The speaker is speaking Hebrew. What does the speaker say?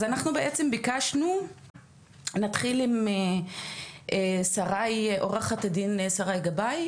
אז אנחנו בעצם ביקשנו ואנחנו נתחיל בבקשה עם עורכת הדין שריי גבאי